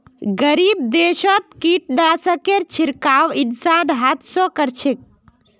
गरीब देशत कीटनाशकेर छिड़काव इंसान हाथ स कर छेक